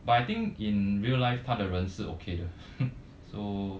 but I think in real life 他的人是 okay 的 so